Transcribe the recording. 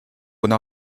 would